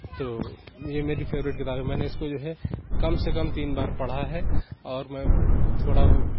تو یہ میری فیوریٹ کتاب ہے میں نے اِس کو جو ہے کم سے کم تین بار پڑھا ہے اور میں تھوڑا